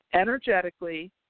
energetically